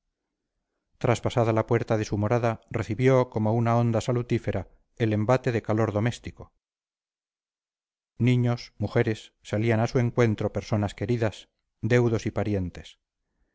traspasada la puerta de su morada recibió como una onda salutífera el embate de calor doméstico niños mujeres salían a su encuentro personas queridas deudos y parientes